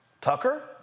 Tucker